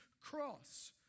cross